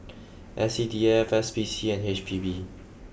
S C D F S P C and H P B